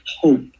hope